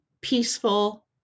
peaceful